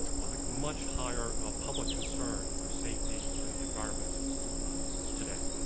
like much higher public concern for safety and the environment today.